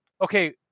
Okay